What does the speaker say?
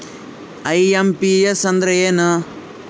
IMPS ಅಂದ್ರ ಏನು?